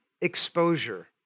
exposure